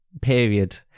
period